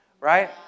right